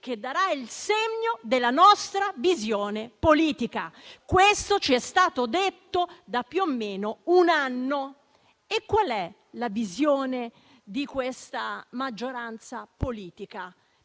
darà il segno della nostra visione politica. Questo ci è stato detto da più o meno un anno. E, quindi, ci chiediamo qual è la visione di questa maggioranza politica